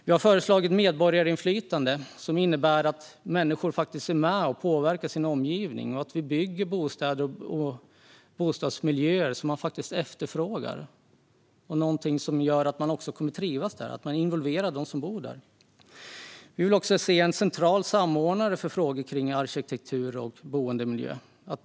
Vi har föreslagit medborgarinflytande som innebär att människor faktiskt är med och påverkar sin omgivning och att det byggs bostäder och bostadsmiljöer som människor faktiskt efterfrågar och som gör att människor kommer att trivas där, alltså att man involverar de människor som bor där. Vi vill också se en central samordnare för frågor om arkitektur och boendemiljö.